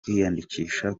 kwiyandikisha